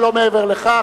ולא מעבר לכך.